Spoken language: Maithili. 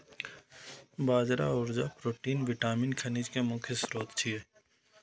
बाजरा ऊर्जा, प्रोटीन, विटामिन, खनिज के मुख्य स्रोत छियै